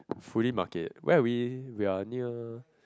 fully market where are we we are near